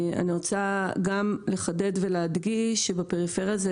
אני רוצה לחדד ולהדגיש שבפריפריה זה